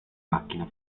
macchina